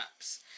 apps